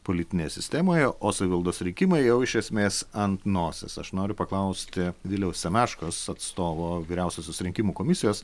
politinėje sistemoje o savivaldos rinkimai jau iš esmės ant nosies aš noriu paklausti viliaus semeškos atstovo vyriausiosios rinkimų komisijos